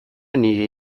nire